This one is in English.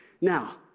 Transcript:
Now